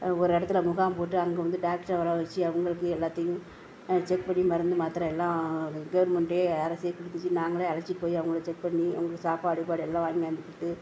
ஒரு இடத்துல முகாம் போட்டு அங்கே வந்து டாக்டரை வரவச்சு அவங்களே போய் எல்லாத்தையும் செக் பண்ணி மருந்து மாத்திர எல்லாம் கவர்மெண்ட் அரசு கொடுத்துச்சி நாங்கள் அழைச்சிட்டு போய் அவங்கள செக் பண்ணி அவங்களுக்கு சாப்பாடு கீப்பாடு எல்லாம் வாங்கிவந்து கொடுத்து